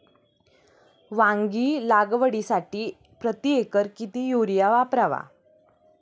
वांगी लागवडीसाठी प्रति एकर किती युरिया वापरावा?